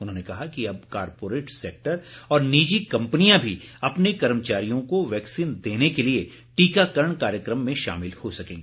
उन्होंने कहा कि अब कॉरपोरेट सेक्टर और निजी कंपनियां भी अपने कर्मचारियों को वैक्सीन देने के लिए टीकाकरण कार्यक्रम में शामिल हो सकेंगी